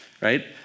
right